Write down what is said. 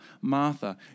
Martha